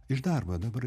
iš darbo dabar